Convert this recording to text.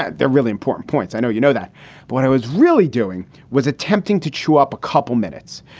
they're really important points. i know you know that. but when i was really doing was attempting to chew up a couple minutes,